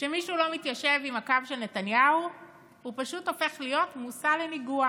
כשמישהו לא מתיישב עם הקו של נתניהו הוא פשוט הופך להיות מושא לניגוח.